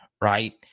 right